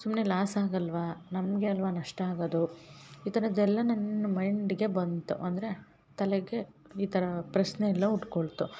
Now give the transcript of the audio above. ಸುಮ್ಮನೆ ಲಾಸ್ ಆಗಲ್ಲವಾ ನಮಗೆ ಅಲ್ಲವಾ ನಷ್ಟ ಆಗದು ಈ ಥರದ್ದೆಲ್ಲ ನನ್ನ ಮೈಂಡ್ಗೆ ಬಂತು ಅಂದರೆ ತಲೆಗೆ ಈ ಥರ ಪ್ರಶ್ನೆಯಲ್ಲ ಹುಟ್ಕೊಳ್ತು